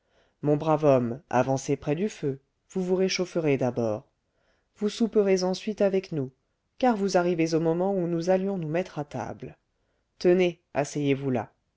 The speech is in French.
mon brave homme avancez près du feu vous vous réchaufferez d'abord vous souperez ensuite avec nous car vous arrivez au moment où nous allions nous mettre à table tenez asseyez-vous là